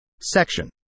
Section